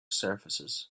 surfaces